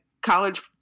college